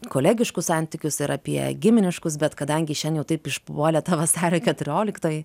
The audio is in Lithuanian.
kolegiškus santykius ir apie giminiškus bet kadangi šian jau taip išpuolė ta vasario keturioliktoji